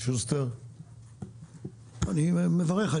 אני מברך.